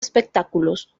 espectáculos